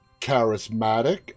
charismatic